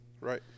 Right